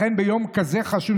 לכן ביום כזה חשוב,